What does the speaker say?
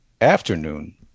afternoon